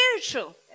spiritual